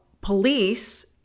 police